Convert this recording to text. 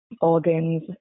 organs